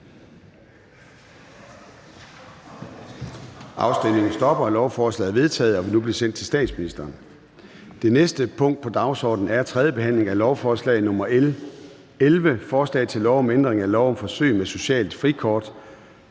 eller imod stemte 0]. Lovforslaget er vedtaget og vil nu blive sendt til statsministeren. --- Det næste punkt på dagsordenen er: 12) 3. behandling af lovforslag nr. L 11: Forslag til lov om ændring af lov om forsøg med et socialt frikort.